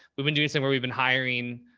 we've been doing some where we've been hiring.